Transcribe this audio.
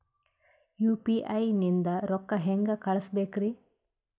UPI ನಿಂದ ರೊಕ್ಕ ಹೆಂಗ ಕಳಸಬೇಕ್ರಿ?